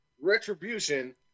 Retribution